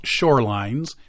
shorelines